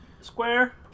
Square